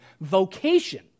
vocation